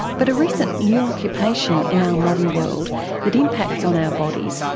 but a recent new occupation in our modern world that impacts on our bodies,